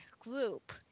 group